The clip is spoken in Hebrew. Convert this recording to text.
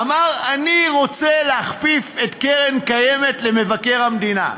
אמר: אני רוצה להכפיף את קרן קיימת למבקר המדינה,